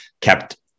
kept